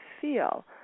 feel